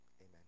Amen